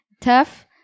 Tough